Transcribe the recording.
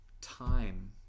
time